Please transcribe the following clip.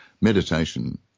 meditation